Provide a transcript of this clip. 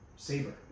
Saber